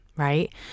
Right